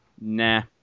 Nah